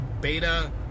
beta